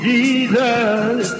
Jesus